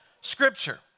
scripture